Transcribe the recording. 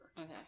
Okay